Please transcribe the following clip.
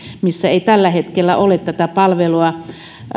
missä ei tällä hetkellä ole tätä palvelua